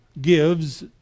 gives